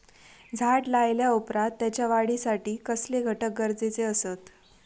झाड लायल्या ओप्रात त्याच्या वाढीसाठी कसले घटक गरजेचे असत?